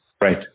Right